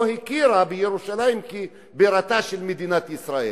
לא הכירה בירושלים כבירתה של מדינת ישראל.